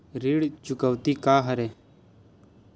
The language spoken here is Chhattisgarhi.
ऋण चुकौती का हरय?